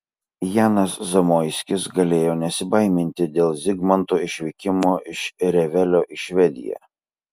janas zamoiskis galėjo nesibaiminti dėl zigmanto išvykimo iš revelio į švediją